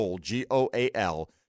G-O-A-L